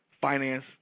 finance